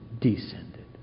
descended